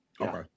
Okay